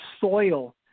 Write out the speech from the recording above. soil